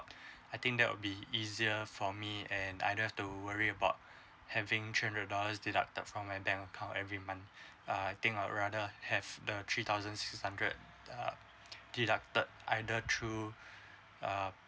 I think that will be easier for me and I don't have to worry about having three hundred dollars deducted from my bank account every month uh I think I'll rather have the three thousand six hundred uh deduct third either through uh